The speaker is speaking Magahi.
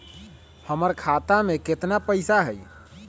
हमर खाता में केतना पैसा हई?